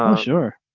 um sure.